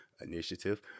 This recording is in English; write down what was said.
initiative